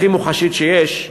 הכי מוחשית שיש.